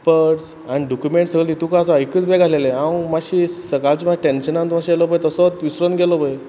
purse आनी दुकुमेंत सगलें तितुकूंच आसा एकच बॅगां आसलेलें हांव मातशें सकाळच्या मातशें टेंशनान आशिल्लो पय तसो विसरून गेलो पय